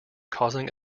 causing